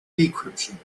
decryption